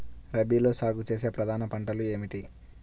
రబీలో సాగు చేసే ప్రధాన పంటలు ఏమిటి?